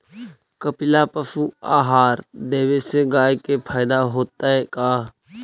कपिला पशु आहार देवे से गाय के फायदा होतै का?